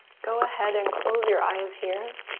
go ahead and close your eyes here.